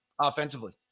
offensively